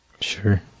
Sure